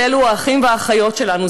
הבנו שאלו האחים והאחיות שלנו,